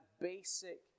basic